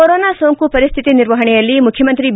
corona ಸೋಂಕು ಪರಿಸ್ಥಿತಿ ನಿರ್ವಹಣೆಯಲ್ಲಿ ಮುಖ್ಯಮಂತ್ರಿ ಬಿ